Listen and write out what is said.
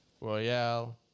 Royale